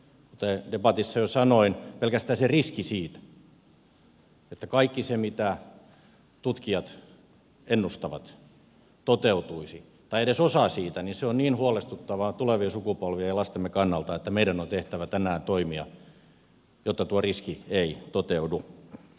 kuten debatissa jo sanoin pelkästään se riski siitä että kaikki se mitä tutkijat ennustavat toteutuisi tai edes osa siitä on niin huolestuttavaa tulevien sukupolvien ja lastemme kannalta että meidän on tehtävä tänään toimia jotta tuo riski ei toteudu